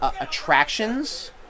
attractions